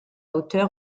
hauteur